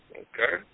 okay